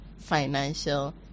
financial